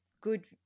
good